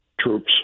troops